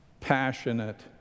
Passionate